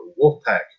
Wolfpack